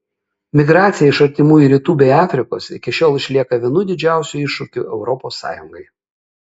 migracija iš artimųjų rytų bei afrikos iki šiol išlieka vienu didžiausių iššūkių europos sąjungai